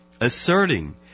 asserting